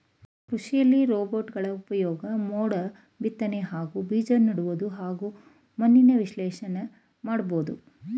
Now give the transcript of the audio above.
ಕೃಷಿಲಿ ರೋಬೋಟ್ಗಳ ಉಪ್ಯೋಗ ಮೋಡ ಬಿತ್ನೆ ಹಾಗೂ ಬೀಜನೆಡೋದು ಮತ್ತು ಮಣ್ಣಿನ ವಿಶ್ಲೇಷಣೆನ ಮಾಡ್ಬೋದು